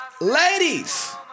ladies